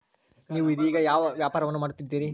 ನೇವು ಇದೇಗ ಯಾವ ವ್ಯಾಪಾರವನ್ನು ಮಾಡುತ್ತಿದ್ದೇರಿ?